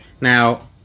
Now